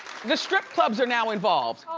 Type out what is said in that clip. the strip clubs are now involved.